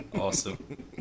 Awesome